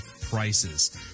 prices